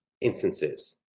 instances